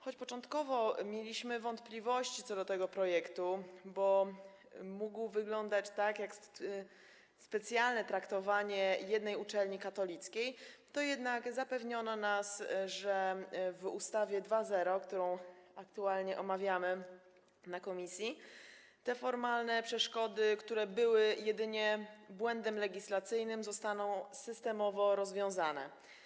Choć początkowo mieliśmy wątpliwości co do tego projektu, bo wyglądało to na specjalne traktowanie jednej uczelni katolickiej, to jednak zapewniono nas, że w ustawie 2.0, którą aktualnie omawiamy w komisji, te formalne przeszkody, które były jedynie błędem legislacyjnym, zostaną systemowo rozwiązane.